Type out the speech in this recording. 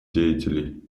деятелей